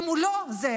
אם הוא לא זה,